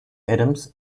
adams